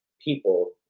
people